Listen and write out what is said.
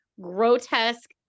grotesque